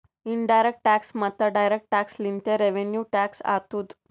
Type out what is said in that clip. in direct tax ಮತ್ತ direct tax ಲಿಂತೆ revenue tax ಆತ್ತುದ್